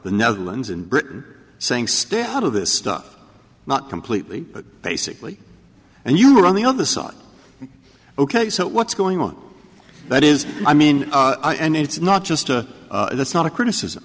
the netherlands and britain saying stay out of this stuff not completely but basically and you're on the other side ok so what's going on that is i mean and it's not just a that's not a criticism